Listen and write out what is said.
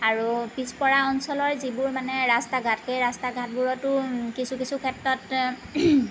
আৰু পিছপৰা অঞ্চলৰ যিবোৰ মানে ৰাস্তা ঘাট সেই ৰাস্তা ঘাটবোৰতো কিছু কিছু ক্ষেত্ৰত